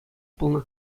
пулнӑ